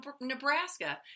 nebraska